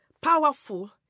powerful